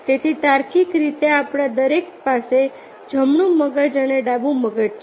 તેથી તાર્કિક રીતે આપણા દરેક પાસે જમણું મગજ અને ડાબું મગજ છે